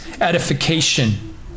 edification